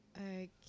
Okay